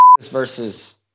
versus